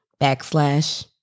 backslash